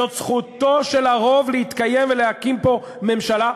זאת זכותו של הרוב להתקיים ולהקים פה ממשלה,